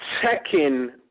checking